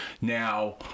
now